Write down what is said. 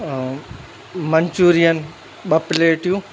ऐं मंचूरिअन ॿ प्लेटियूं